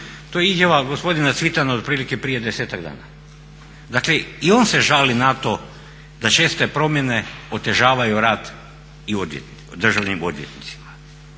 To je izjava gospodina Cvitana otprilike prije 10-ak dana. Dakle i on se žali na to da česte promjene otežavaju rad i državnim